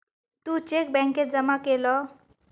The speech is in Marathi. तू चेक बॅन्केत जमा केलं?